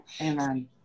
Amen